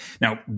Now